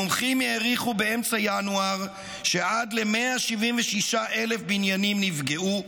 מומחים העריכו באמצע ינואר" שעד ל-176,000 בניינים נפגעו,